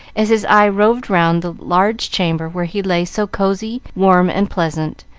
as his eye roved round the large chamber where he lay so cosey, warm, and pleasant,